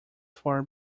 far